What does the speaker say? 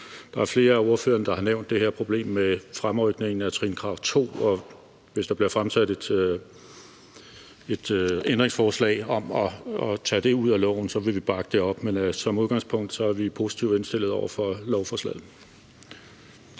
Der er flere af ordførerne, der har nævnt det her problem med fremrykning af trinkrav nr. 2, og hvis der bliver stillet ændringsforslag om at tage det ud af lovforslaget, vil vi bakke op. Men som udgangspunkt er vi positivt indstillet over for lovforslaget.